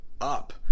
up